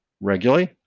regularly